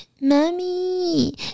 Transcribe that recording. mommy